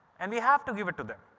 and we have to give it to them.